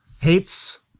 Hates